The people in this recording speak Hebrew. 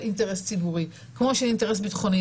של אינטרס ציבורי כמו של אינטרס ביטחוני,